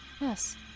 Yes